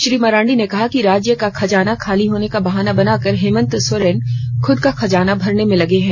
श्री मरांडी ने कहा कि राज्य का खजाना खाली होने का बहाना बनाकर हेमंत सोरेन खुद का खजाना भरने में लगे हैं